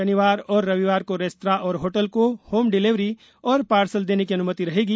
शनिवार और रविवार को रेस्तरां और होटल को होम डिलेवरी और पार्सल देने की अनुमति रहेगी